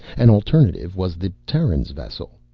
an alternative was the terran's vessel.